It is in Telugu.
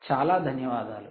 చాలా ధన్యవాదాలు